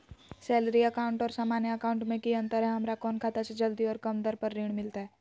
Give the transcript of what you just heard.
Salary account और सामान्य account मे की अंतर है हमरा कौन खाता से जल्दी और कम दर पर ऋण मिलतय?